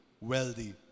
wealthy